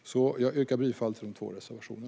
Jag yrkar bifall till dessa två reservationer.